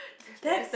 that's